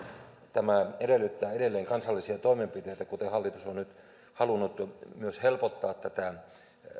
tämä edellyttää edelleen kansallisia toimenpiteitä kuten hallitus on nyt halunnut helpottaa myös tätä